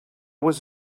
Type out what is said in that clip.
was